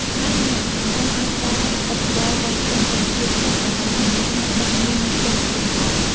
ហើយអ្នកចិញ្ចឹមអាចប្រើឧបករណ៍វាស់ស្ទង់គុណភាពទឹកដើម្បីធានាថាទឹកមានគុណភាពល្អ។